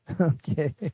Okay